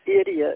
idiot